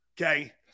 Okay